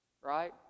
Right